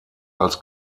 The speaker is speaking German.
als